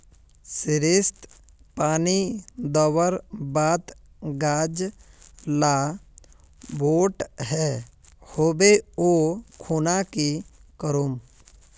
सरिसत पानी दवर बात गाज ला बोट है होबे ओ खुना की करूम?